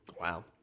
wow